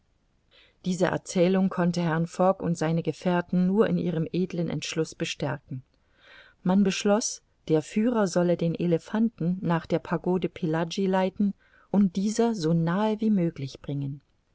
diese erzählung konnte herrn fogg und seine gefährten nur in ihrem edlen entschluß bestärken man beschloß der führer solle den elephanten nach der pagode